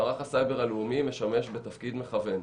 מערך הסייבר הלאומי משמש בתפקיד מכוון.